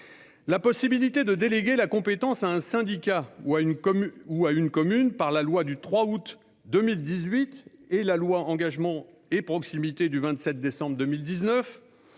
la possibilité de déléguer la compétence à un syndicat ou à une commune par la loi du 3 août 2018 et la loi Engagement et proximité du 27 décembre 2019.